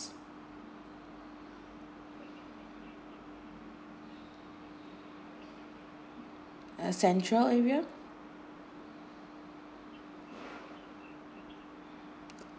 uh central area